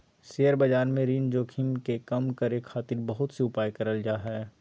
share बाजार में ऋण जोखिम के कम करे खातिर बहुत से उपाय करल जा हय